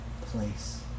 place